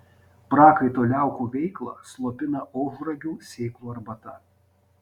prakaito liaukų veiklą slopina ožragių sėklų arbata